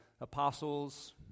apostles